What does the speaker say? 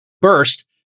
burst